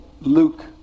Luke